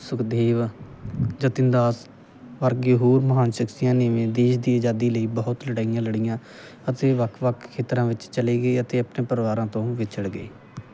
ਸੁਖਦੇਵ ਜਤਿਨ ਦਾਸ ਵਰਗੇ ਹੋਰ ਮਹਾਨ ਸ਼ਖਸੀਅਤਾਂ ਨੇ ਦੇਸ਼ ਦੀ ਆਜ਼ਾਦੀ ਲਈ ਬਹੁਤ ਲੜਾਈਆਂ ਲੜੀਆਂ ਅਤੇ ਵੱਖ ਵੱਖ ਖੇਤਰਾਂ ਵਿੱਚ ਚਲੇ ਗਏ ਅਤੇ ਆਪਣੇ ਪਰਿਵਾਰਾਂ ਤੋਂ ਵਿਛੜ ਗਏ